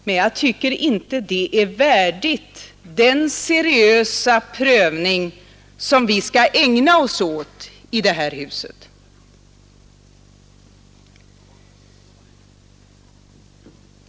Men jag tycker inte det är värdigt den seriösa prövning som vi skall ägna oss åt i det här huset.